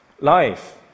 Life